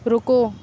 رکو